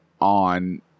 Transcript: on